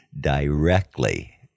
directly